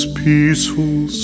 peaceful